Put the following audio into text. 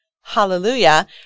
Hallelujah